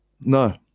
No